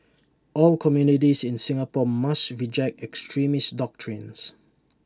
all communities in Singapore must reject extremist doctrines